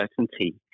certainty